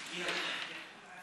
לוודאי שהיא תקים ועדה.